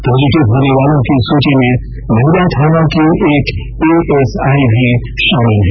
positive होनेवालों की सूची में महिला थाना की एक एएसआई भी शामिल है